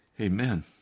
Amen